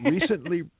recently